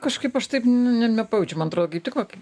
kažkaip aš taip nu ne nepajaučiu man atrodo kaip tik va